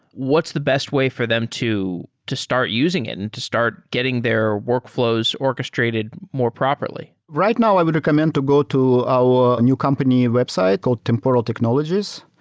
what's the best way for them to to start using it and to start getting their workflows orchestrated more properly? right now i would recommend to go to our new company website called temporal technologies,